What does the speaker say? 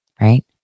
right